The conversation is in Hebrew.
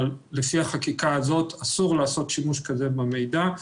אבל לפי החקיקה הזאת אסור לעשות שימוש כזה במידע,